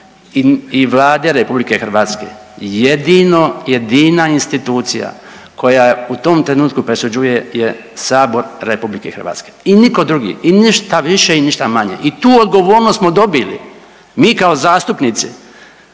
i Vlade RH, jedino jedina institucija koja u tom trenutku presuđuje je Sabor RH i nitko drugi i ništa više i ništa manje i tu odgovornost smo dobili mi kao zastupnici,